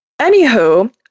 Anywho